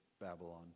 Babylon